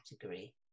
category